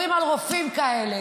ובירורים על רופאים כאלה.